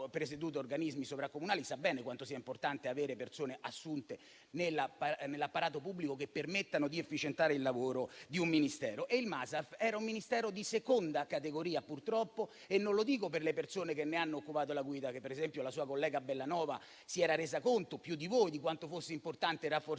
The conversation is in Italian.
presieduto organismi sovracomunali, sapete bene quanto sia importante avere persone assunte nell'apparato pubblico che permettano di efficientare il lavoro di un Ministero. Il MASAF era un Ministero di seconda categoria, purtroppo, e non lo dico per le persone che ne hanno occupato la guida, ad esempio la sua collega Bellanova, che si era resa conto più di voi di quanto fosse importante rafforzare